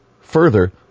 Further